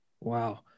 Wow